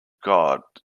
god